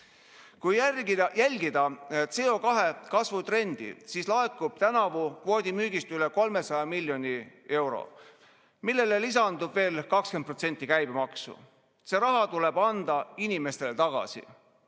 Kui jälgida CO2kasvu trendi, siis laekub tänavu kvoodi müügist üle 300 miljoni euro, millele lisandub veel 20% käibemaksu. See raha tuleb anda inimestele tagasi.